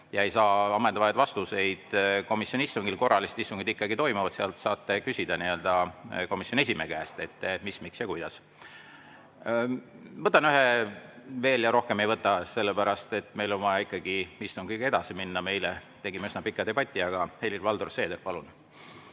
ja ei saa ammendavaid vastuseid komisjoni istungil, siis korralised istungid ikkagi toimuvad, seal saate küsida komisjoni esimehe käest, et mis, miks ja kuidas. Ma võtan ühe veel ja rohkem ei võta, sellepärast et meil on vaja istungiga ikkagi edasi minna, me eile tegime üsna pika debati. Helir‑Valdor Seeder, palun!